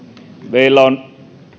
meillä on